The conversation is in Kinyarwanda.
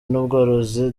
n’ubworozi